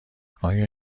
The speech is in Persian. آیا